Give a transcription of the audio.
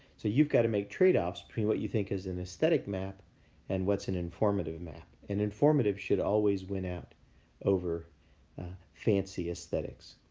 so you've got to make trade-offs between what you think is an aesthetic map and what's an informative map. an informative should always win out over fancy aesthetics.